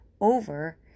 over